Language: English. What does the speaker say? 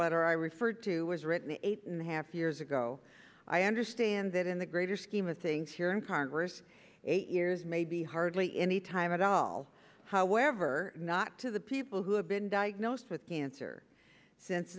letter i referred to was written eight and a half years ago i understand that in the greater scheme of things here in congress eight years maybe hardly any time at all however not to the people who have been diagnosed with cancer since